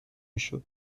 میشد